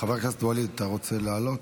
חבר הכנסת ואליד, אתה רוצה לעלות?